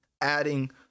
adding